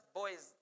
boys